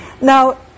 Now